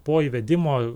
po įvedimo